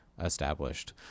established